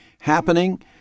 happening